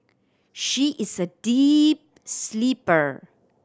she is a deep sleeper